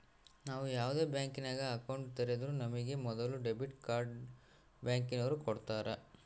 ನಾವು ಯಾವ್ದೇ ಬ್ಯಾಂಕಿನಾಗ ಅಕೌಂಟ್ ತೆರುದ್ರೂ ನಮಿಗೆ ಮೊದುಲು ಡೆಬಿಟ್ ಕಾರ್ಡ್ನ ಬ್ಯಾಂಕಿನೋರು ಕೊಡ್ತಾರ